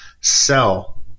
sell